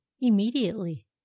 immediately